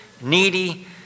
needy